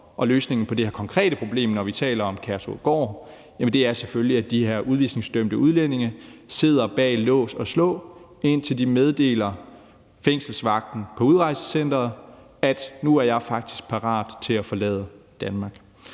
og løsningen på det her konkrete problem, når vi taler om Kærshovedgård, er selvfølgelig, at de her udvisningsdømte udlændinge sidder bag lås og slå, indtil de meddeler fængselsvagten på udrejsecenteret, at de nu faktisk er parate til at forlade Danmark.